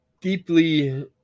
deeply